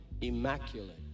immaculate